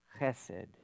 chesed